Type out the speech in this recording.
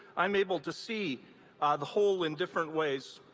i'm able to see the whole in different ways.